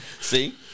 See